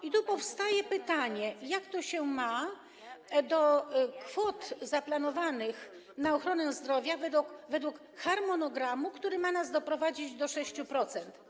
I tu powstaje pytanie: Jak to się ma do kwot zaplanowanych na ochronę zdrowia według harmonogramu, który ma nas doprowadzić do 6%?